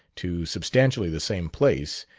to substantially the same place,